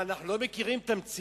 מה, אנחנו לא מכירים את המציאות?